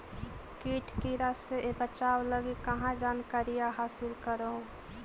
किट किड़ा से बचाब लगी कहा जानकारीया हासिल कर हू?